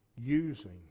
using